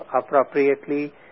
appropriately